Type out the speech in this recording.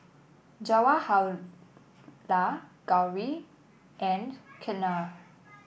Jawaharlal Gauri and Ketna